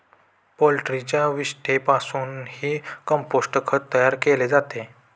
पोल्ट्रीच्या विष्ठेपासूनही कंपोस्ट खत तयार केले जाते